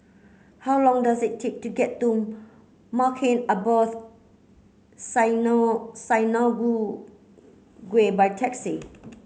how long does it take to get to Maghain Aboth Synagogue by taxi